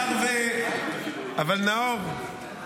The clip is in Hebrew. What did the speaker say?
נאור,